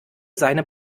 seine